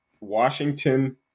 Washington